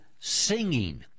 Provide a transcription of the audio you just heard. singing